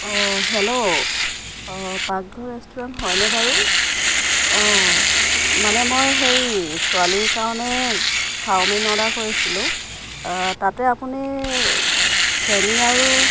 অঁ হেল্ল' অঁ পাকঘৰ ৰেষ্টুৰেণ্ট হয়নে বাৰু অঁ মানে মই সেই ছোৱালীৰ কাৰণে চাওমিন অৰ্ডাৰ কৰিছিলোঁ তাতে আপুনি চেনী আৰু